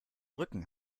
rücken